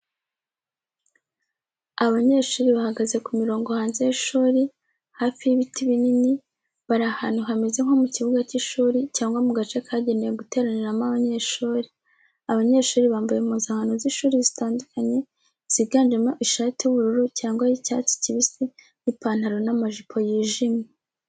Abanyeshuri bahagaze ku murongo hanze y’ishuri, hafi y’ibiti binini, bari ahantu hameze nko mu kibuga cy’ishuri cyangwa mu gace kagenewe guteraniramo abanyeshuri. Abanyeshuri bambaye impuzankano z’ishuri zitandukanye ziganjemo ishati y’ubururu cyangwa y’icyatsi kibisi n’ipantaro n'amajipo yijimye.